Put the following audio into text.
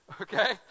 Okay